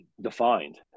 defined